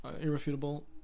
irrefutable